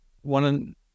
one